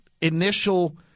initial